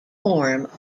orme